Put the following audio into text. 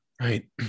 Right